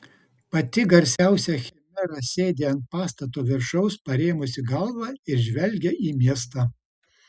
pati garsiausia chimera sėdi ant pastato viršaus parėmusi galvą ir žvelgia į miestą